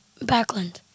Backlund